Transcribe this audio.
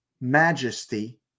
majesty